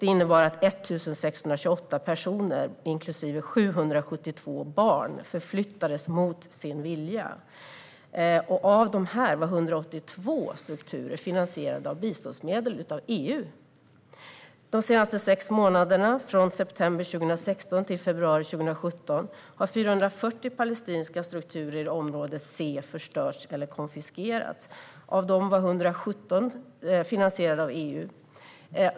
Det innebar att 1 628 personer, inklusive 772 barn, förflyttades mot sin vilja. Av dessa var 182 strukturer finansierade av biståndsmedel från EU. Från september 2016 till februari 2017 har 440 palestinska strukturer i område C förstörts eller konfiskerats. Av dessa var 117 finansierade av EU.